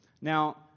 Now